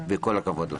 וכל הכבוד לכם.